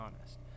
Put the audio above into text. honest